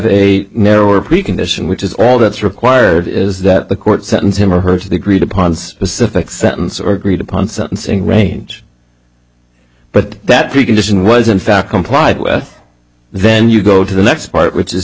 a narrower precondition which is all that's required is that the court sentence him or her to the agreed upon specific sentence or agreed upon sentencing range but that precondition was in fact complied with then you go to the next part which is